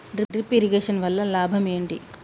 Drip irrigation వల్ల లాభం ఏంటి?